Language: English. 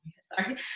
sorry